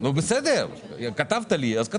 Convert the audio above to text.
נמוך